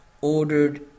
ordered